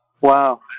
Wow